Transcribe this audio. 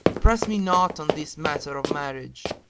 press me not in this matter of marriage,